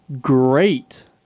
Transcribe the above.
great